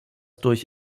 durch